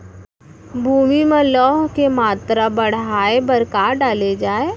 भूमि मा लौह के मात्रा बढ़ाये बर का डाले जाये?